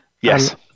Yes